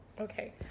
okay